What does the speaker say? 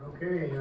Okay